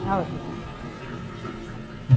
ஆ ஓகேங்க நன்றிங்க